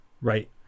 right